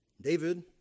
David